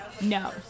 No